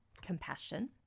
compassion